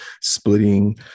splitting